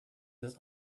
this